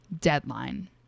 deadline